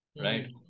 right